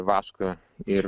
vašką ir